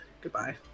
Goodbye